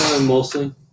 Mostly